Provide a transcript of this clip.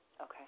Okay